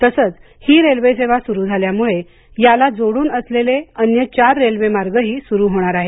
तसंच ही रेल्वे सेवा सुरु झाल्यामुळे याला जोडून असलेले अन्य चार रेल्वे मार्गही सुरु होणार आहेत